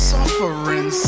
Suffering